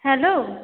hello